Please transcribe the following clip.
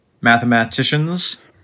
mathematicians